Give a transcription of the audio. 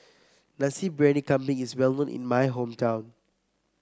Nasi Briyani Kambing is well known in my hometown